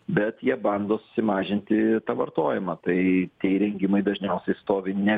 bet jie bando susimažinti tą vartojimą tai tie įrengimai dažniausiai stovi ne